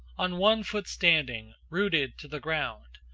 on one foot standing, rooted to the ground,